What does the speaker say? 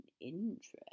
interest